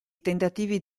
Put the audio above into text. tentativi